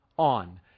on